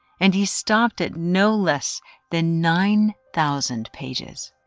and he stopped at no less than nine thousand pages,